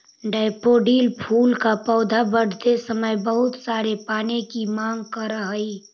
daffodil फूल का पौधा बढ़ते समय बहुत सारे पानी की मांग करअ हई